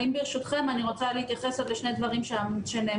ברשותכם, אני רוצה להתייחס לעוד שני דברים שנאמרו.